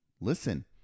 Listen